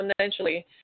exponentially